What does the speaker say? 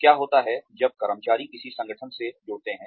क्या होता है जब कर्मचारी किसी संगठन से जुड़ते हैं